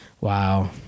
Wow